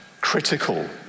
critical